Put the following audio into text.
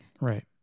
Right